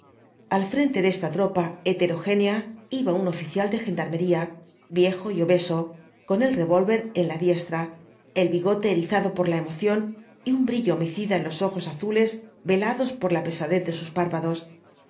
al frente de esta tropa heterogénea iba un oficial de gendarmería viejo y obeso con el revólver en la diestra el bigote erizado por la emoción y un brillo homicida en los ojos azules velados por la pesadez de sus párpados